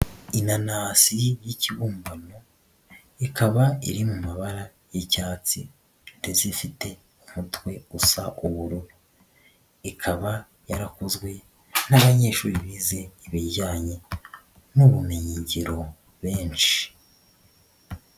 Inanasi y'ikibumbano, ikaba iri mu mabara y'icyatsi ndetse ifite umutwe usa ubururu ikaba yarakozwe n'abanyeshuri bize ibijyanye n'ubumenyingiro benshi.